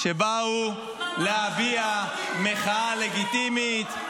-- שבאו להביע מחאה לגיטימית.